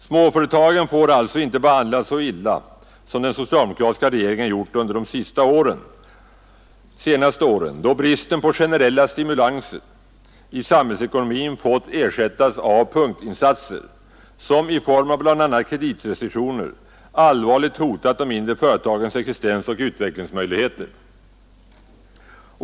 Småföretagen får alltså inte behandlas så illa som den socialdemokratiska regeringen gjort under de senaste åren, då bristen på generella stimulanser i samhällsekonomin fått ersättas av punktinsatser, som i form av bl.a. kreditrestriktioner allvarligt hotat de mindre företagens existens och utvecklingsmöjligheter.